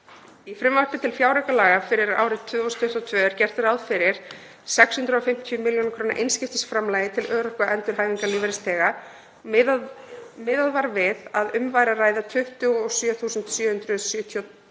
Í frumvarpi til fjáraukalaga fyrir árið 2022 er gert ráð fyrir 650 millj. kr. einskiptisframlagi til örorku- og endurhæfingarlífeyrisþega. Miðað var við að um væri að ræða 27.772